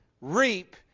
reap